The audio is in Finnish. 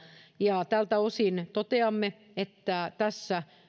ja tältä osin toteamme että tässä